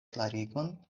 klarigon